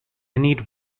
need